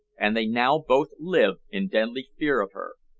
and they now both live in deadly fear of her.